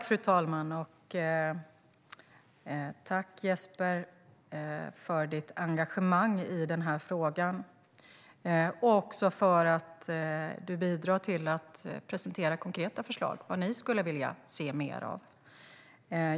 Fru talman! Tack, Jesper, för ditt engagemang i denna fråga och för att du bidrar till att presentera konkreta förslag på vad ni skulle vilja se mer av!